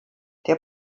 der